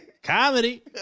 Comedy